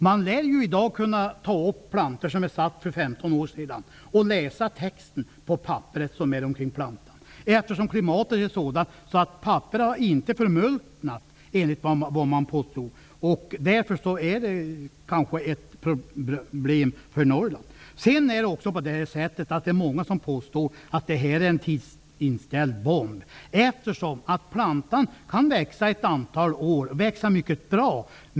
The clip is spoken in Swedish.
Man lär i dag kunna ta upp plantor som sattes för 15 år sedan och läsa texten på papperet som sitter omkring plantan, eftersom klimatet är sådant att papperet inte har förmultnat. Därför är detta kanske ett problem för Norrland. Många påstår att detta är en tidsinställd bomb. Plantan kan växa ett antal år och växa riktigt bra.